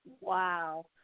Wow